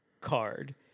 card